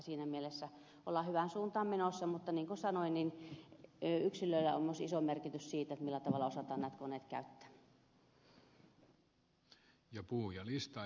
siinä mielessä ollaan hyvään suuntaan menossa mutta niin kuin sanoin yksilöillä on myös iso merkitys siinä millä tavalla osataan näitä koneita käyttää